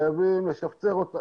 חייבים לשפצר אותה.